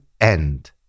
end